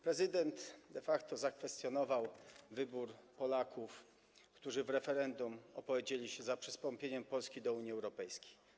Prezydent de facto zakwestionował wybór Polaków, którzy w referendum opowiedzieli się za przystąpieniem Polski do Unii Europejskiej.